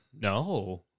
No